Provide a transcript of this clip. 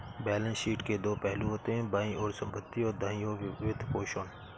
balance sheet के दो पहलू होते हैं, बाईं ओर संपत्ति, और दाईं ओर वित्तपोषण